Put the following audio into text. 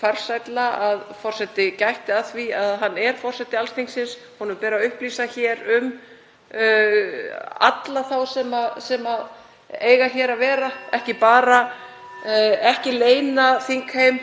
farsælla að forseti gætti að því að hann er forseti alls þingsins og honum ber að upplýsa um alla þá sem eiga að vera hér, en ekki leyna þingheim